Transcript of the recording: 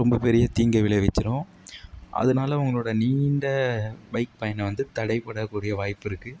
ரொம்ப பெரிய தீங்கை விளைவிச்சுடும் அதனால உங்களோடய நீண்ட பைக் பயணம் வந்து தடைப்பட கூடிய வாய்ப்பு இருக்குது